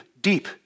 Deep